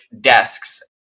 desks